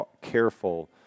careful